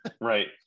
Right